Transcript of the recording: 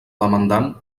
demandant